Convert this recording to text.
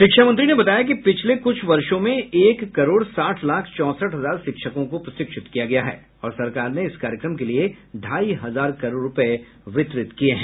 शिक्षा मंत्री ने बताया कि पिछले क्छ वर्षो में एक करोड़ साठ लाख चौंसठ हजार शिक्षकों को प्रशिक्षित किया गया है और सरकार ने इस कार्यक्रम के लिए ढाई हजार करोड़ रुपये वितरित किए हैं